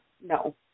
No